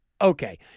Okay